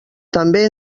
també